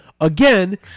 again